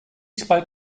spoke